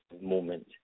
moment